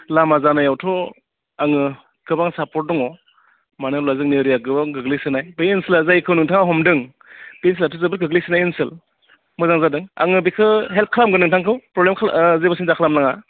लामा जानायावथ' आङो गोबां सापर्ट दङ मानो होनोब्ला जोंनि एरियाया गोबां गोग्लैसोनाय बे ओनसोला जायखौ नोंथाङा हमदों बे ओनसोलाथ' जोबोद गोग्लैसोनाय ओनसोल मोजां जादों आङो बेखो हेल्प खालामगोन नोंथांखौ प्रब्लेम जेबो सिन्था खालाम नाङा